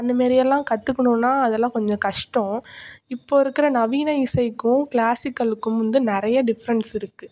அந்த மாரி எல்லாம் கத்துக்குணும்னா அதெல்லாம் கொஞ்சம் கஷ்டம் இப்ப இருக்கிற நவீன இசைக்கும் கிளாசிக்கலுக்கும் வந்து நிறைய டிஃப்ரன்ஸ் இருக்குது